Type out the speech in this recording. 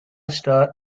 star